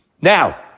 now